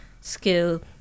skill